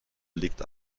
liegt